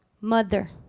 mother